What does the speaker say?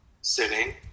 sitting